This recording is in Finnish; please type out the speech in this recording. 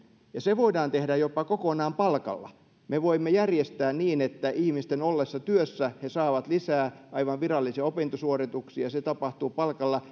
ja se voidaan tehdä jopa kokonaan palkalla me voimme järjestää niin että ihmisten ollessa työssä he saavat lisää aivan virallisia opintosuorituksia se tapahtuu palkalla